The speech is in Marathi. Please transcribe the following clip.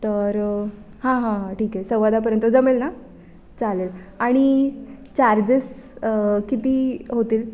तर हां हां हां ठीक आहे सव्वादहापर्यंत जमेल ना चालेल आणि चार्जेस किती होतील